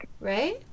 right